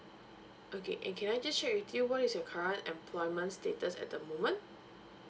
okay and can I just check with you what is your current employment status at the moment